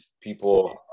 people